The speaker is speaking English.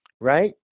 Right